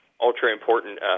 ultra-important